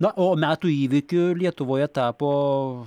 na o metų įvykiu lietuvoje tapo